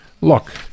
look